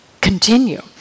continue